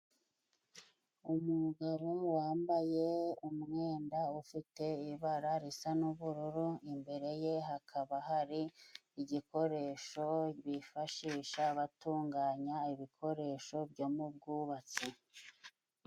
Umugabo wambaye umwenda ufite ibara risa n'ubururu imbere ye hakaba hari igikoresho bifashisha batunganya ibikoresho byo mu bwubatsi.